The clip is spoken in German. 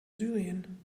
syrien